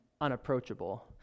unapproachable